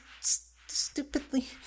stupidly